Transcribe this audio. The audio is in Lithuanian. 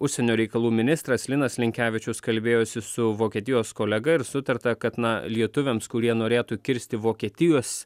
užsienio reikalų ministras linas linkevičius kalbėjosi su vokietijos kolega ir sutarta kad na lietuviams kurie norėtų kirsti vokietijos